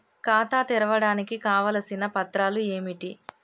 ఖాతా తెరవడానికి కావలసిన పత్రాలు ఏమిటి?